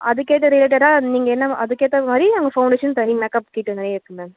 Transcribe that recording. அதுக்கேற்ற ரிலேட்டடாக நீங்கள் என்ன அதுக்கேற்ற மாதிரி நாங்கள் ஃபவுண்டேசன் தனி மேக்கப் கிட் நிறையா இருக்குது மேம்